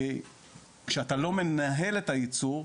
כשאתה לא מנהל את הייצור,